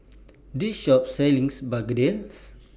This Shop sells Begedil